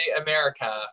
america